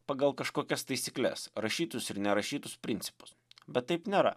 pagal kažkokias taisykles rašytus ir nerašytus principus bet taip nėra